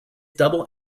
double